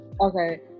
Okay